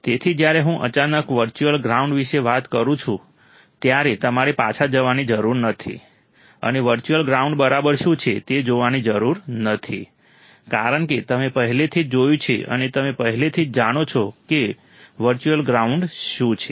તેથી જ્યારે હું અચાનક વર્ચ્યુઅલ ગ્રાઉન્ડ વિશે વાત કરું છું ત્યારે તમારે પાછા જવાની જરૂર નથી અને વર્ચ્યુઅલ ગ્રાઉન્ડ બરાબર શું છે તે જોવાની જરૂર નથી કારણ કે તમે પહેલેથી જ જોયું છે અને તમે પહેલાથી જ જાણો છો કે વર્ચ્યુઅલ ગ્રાઉન્ડ શું છે